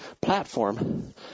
platform